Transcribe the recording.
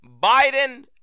biden